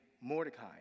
Mordecai